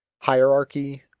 hierarchy